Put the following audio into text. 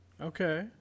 Okay